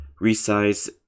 resize